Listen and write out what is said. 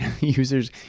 Users